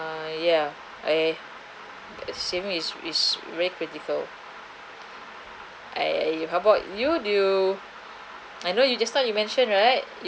uh ya I saving is is very critical eh how about you do you I know you just now you mentioned right